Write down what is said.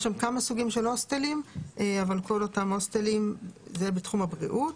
יש שם כמה סוגים של הוסטלים אבל כל אותם הוסטלים בתחום הבריאות.